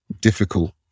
difficult